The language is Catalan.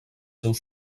seus